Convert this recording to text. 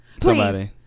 Please